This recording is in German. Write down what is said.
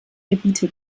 gebiete